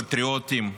פטריוטים,